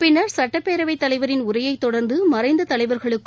பின்னர் சட்டப்பேரவைத் தலைவரின் உரையை தொடர்ந்து மறைந்த தலைவர்களுக்கும்